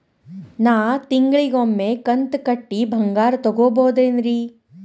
ನಾ ತಿಂಗಳಿಗ ಒಮ್ಮೆ ಕಂತ ಕಟ್ಟಿ ಬಂಗಾರ ತಗೋಬಹುದೇನ್ರಿ?